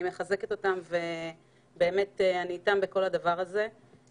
אני מחזקת אותם ואני איתם בכל הדבר הזה.